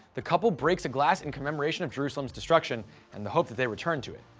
the couple breaks a glass in commemoration of jerusalem's destruction and the hope that they return to it.